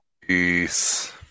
Peace